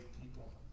people